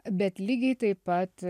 bet lygiai taip pat